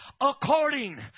according